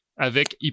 Avec